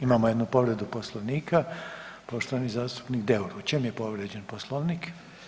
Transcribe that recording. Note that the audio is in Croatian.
Imamo jednu povredu Poslovnika, poštovani zastupnik Deur, u čem je povrijeđen Poslovnik?